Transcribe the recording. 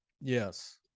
Yes